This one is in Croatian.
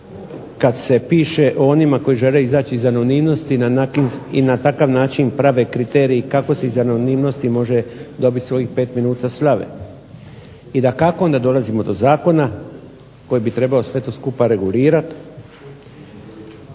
kad se piše o onima koji žele izaći iz anonimnosti i na takav način prave kriterij kako se iz anonimnosti može dobiti svojih 5 minuta slave. I dakako, onda dolazimo do zakona koji bi trebao sve to skupa regulirati.